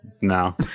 no